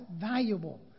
valuable